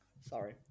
Sorry